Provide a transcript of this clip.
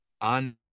on